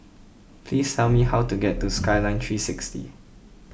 please tell me how to get to Skyline three sixty